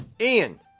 Ian